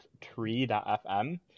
tree.fm